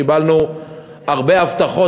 קיבלנו הרבה הבטחות,